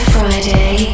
Friday